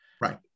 Right